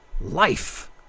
life